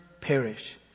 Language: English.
perish